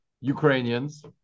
Ukrainians